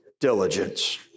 diligence